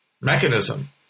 mechanism